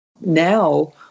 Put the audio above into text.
Now